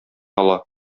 ала